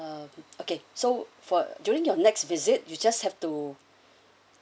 um okay so for during your next visit you just have to